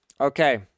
Okay